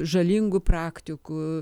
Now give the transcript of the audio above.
žalingų praktikų